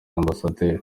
amb